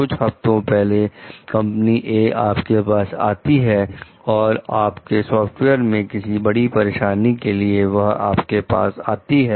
कुछ हफ्तों पहले कंपनी "ए" आपके पास आती है और आपके सॉफ्टवेयर में किसी बड़ी परेशानी के लिए आती है